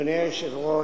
אדוני היושב-ראש,